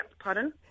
pardon